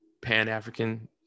Pan-African